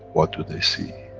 what do they see?